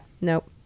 Nope